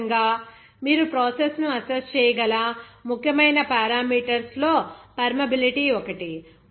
అదేవిధంగా మీరు ప్రాసెస్ ను అస్సెస్స్ చేయగల ముఖ్యమైన పారామీటర్స్ లో పర్మియబిలిటీ ఒకటి